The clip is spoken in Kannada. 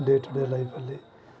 ಡೇ ಟು ಡೆ ಲೈಫಲ್ಲಿ